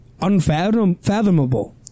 unfathomable